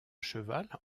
cheval